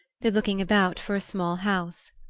they're looking about for a small house.